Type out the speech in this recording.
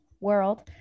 world